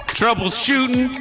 troubleshooting